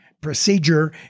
procedure